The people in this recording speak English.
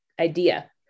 idea